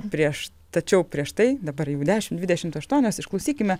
prieš tačiau prieš tai dabar jau dešim dvidešimt aštuonios išklausykime